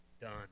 done